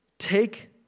Take